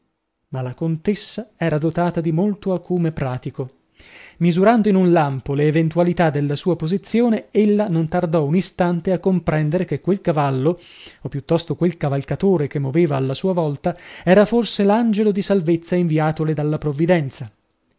ma la contessa era dotata di molto acume pratico misurando in un lampo le eventualità della sua posizione ella non tardò un istante a comprendere che quel cavallo o piuttosto quel cavalcatore che moveva alla sua volta era forse l'angelo di salvezza inviatole dalla provvidenza